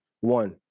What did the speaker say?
One